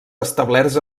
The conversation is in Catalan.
establerts